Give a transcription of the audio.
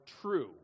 true